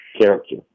character